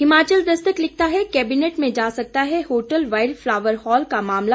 हिमाचल दस्तक लिखता है कैबिनेट में जा सकता है होटल वाइल्ड फ्लावर हॉल का मामला